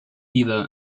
either